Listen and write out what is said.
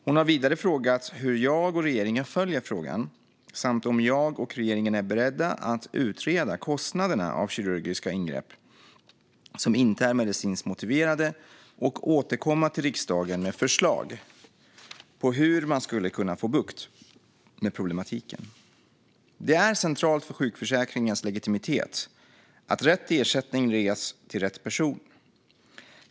Hon har vidare frågat hur jag och regeringen följer frågan samt om jag och regeringen är beredda att utreda kostnaderna för kirurgiska ingrepp som inte är medicinskt motiverade och återkomma till riksdagen med förslag på hur man skulle kunna få bukt med problematiken. Det är centralt för sjukförsäkringens legitimitet att rätt ersättning ges till rätt person.